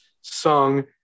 sung